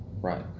Right